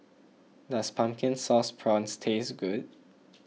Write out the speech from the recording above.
does Pumpkin Sauce Prawns taste good